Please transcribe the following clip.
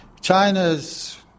China's